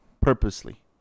Purposely